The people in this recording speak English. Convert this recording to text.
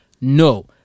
No